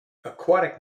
aquatic